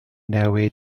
newid